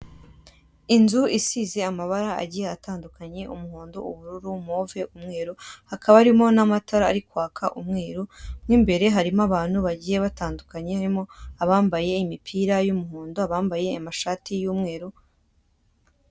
Inzu isize amabara agiye atandukanye, umuhond , ubururu, move, umweru, hakaba harimo n'amatara ari kwaka umweru, mo imbere harimo abantu bagiye batandukanye harimo abambaye imipira y'umuhondo, abambaye amashati y'umweru.